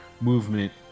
movement